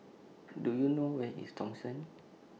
Do YOU know Where IS Thomson